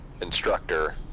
instructor